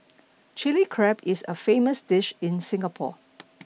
Chilli Crab is a famous dish in Singapore